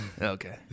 Okay